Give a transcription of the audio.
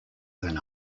than